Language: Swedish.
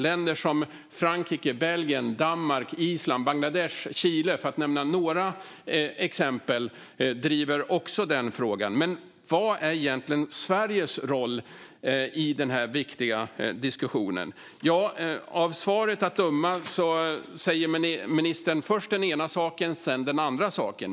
Länder som Frankrike, Belgien, Danmark, Island, Bangladesh och Chile, för att nämna några exempel, driver också frågan. Men vad är egentligen Sveriges roll i den viktiga diskussionen? Av interpellationssvaret att döma säger ministern först den ena saken och sedan den andra saken.